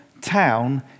town